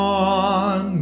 on